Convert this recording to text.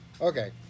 Okay